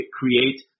create